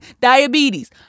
diabetes